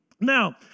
Now